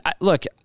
look